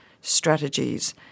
strategies